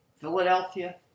Philadelphia